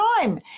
time